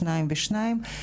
שניים ושניים,